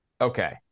Okay